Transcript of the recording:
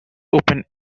open